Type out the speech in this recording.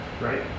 right